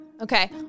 Okay